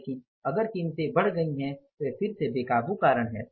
लेकिन अगर कीमतें बढ़ गई हैं तो यह फिर से बेकाबू कारण है